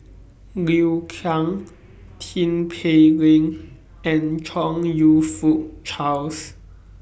Liu Kang Tin Pei Ling and Chong YOU Fook Charles